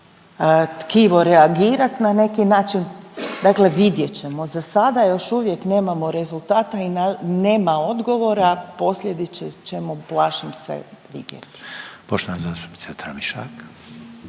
tkivo reagirat na neki način, dakle vidjet ćemo. Za sada još uvijek nemamo rezultata i nema odgovora, a posljedice ćemo plašim se vidjeti. **Reiner, Željko